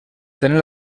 tenen